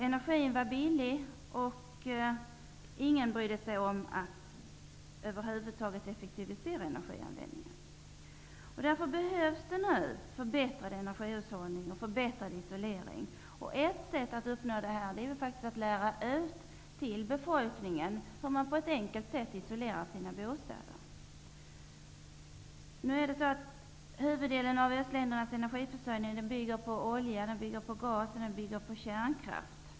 Energin var billig, och ingen brydde sig om att effektivisera energianvändningen. Nu behövs en förbättrad energihushållning och förbättrad isolering. Ett sätt att uppnå det är att lära befolkningen hur man på ett enkelt sätt isolerar sina bostäder. Huvuddelen av östländernas energiförsörjning bygger på olja, gas och kärnkraft.